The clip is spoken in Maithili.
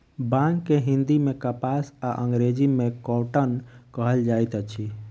बांग के हिंदी मे कपास आ अंग्रेजी मे कौटन कहल जाइत अछि